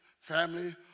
family